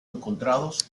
encontrados